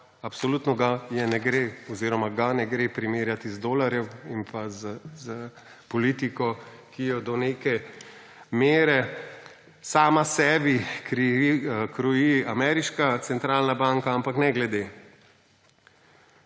Absolutno ga ne gre primerjati z dolarjem in s politiko, ki jo do neke mere sama sebi kroji ameriška centralna banka. Ampak ne glede